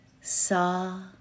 Saw